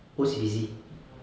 O_C_B_C